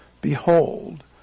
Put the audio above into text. behold